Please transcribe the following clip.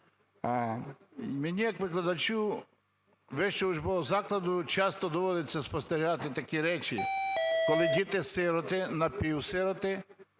Мені як викладачу вищого учбового закладу часто доводиться спостерігати такі речі, коли діти-сироти, напівсироти